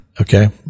Okay